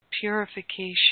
purification